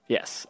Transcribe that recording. Yes